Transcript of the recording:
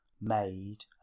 made